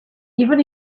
even